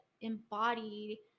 embody